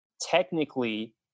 technically